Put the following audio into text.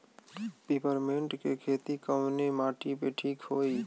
Peppermint के खेती कवने माटी पे ठीक होई?